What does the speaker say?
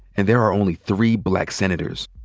and there are only three black senators.